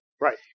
Right